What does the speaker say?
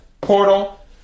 portal